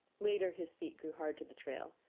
later his feet grew hard to the trail,